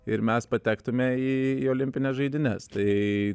ir mes patektume į olimpines žaidynes tai